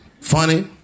funny